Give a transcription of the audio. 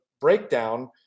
breakdown